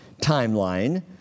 timeline